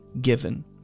given